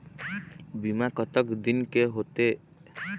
बीमा कतक दिन के होते?